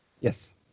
Yes